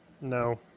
No